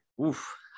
oof